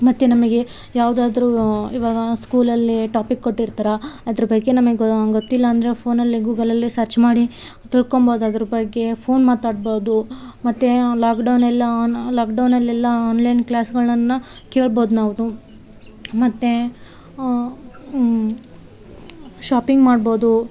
ಮತ್ತು ನಮಗೆ ಯಾವುದಾದ್ರೂ ಇವಾಗ ಸ್ಕೂಲಲ್ಲಿ ಟಾಪಿಕ್ ಕೊಟ್ಟಿರ್ತರೆ ಅದ್ರ ಬಗ್ಗೆ ನಮಗ್ ಗೊತ್ತಿಲ್ಲ ಅಂದ್ರೆ ಫೋನಲ್ಲಿ ಗೂಗಲಲ್ಲಿ ಸರ್ಚ್ ಮಾಡಿ ತಿಳ್ಕಬೌದು ಅದ್ರ ಬಗ್ಗೆ ಫೋನ್ ಮಾತಾಡ್ಬೌದು ಮತ್ತು ಆ ಲಾಕ್ಡೌನ್ ಎಲ್ಲ ನ ಲಾಕ್ಡೌನಲೆಲ್ಲ ಆನ್ಲೈನ್ ಕ್ಲಾಸ್ಗಳನ್ನು ಕೇಳ್ಬೌದು ನಾವು ಮತ್ತು ಶಾಪಿಂಗ್ ಮಾಡ್ಬೋದು